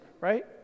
right